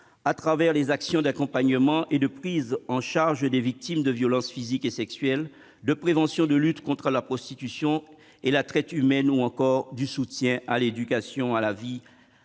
par des actions d'accompagnement et de prise en charge des victimes de violences physiques et sexuelles, de prévention et de lutte contre la prostitution et la traite humaine ou encore de soutien à l'éducation à la vie